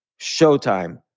Showtime